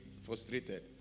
frustrated